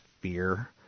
fear